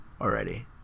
already